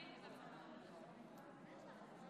אז אני קובע שההצעה שלך,